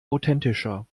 authentischer